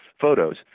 photos